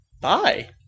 Bye